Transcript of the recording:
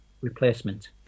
replacement